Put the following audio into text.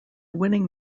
winning